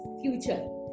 future